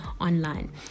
online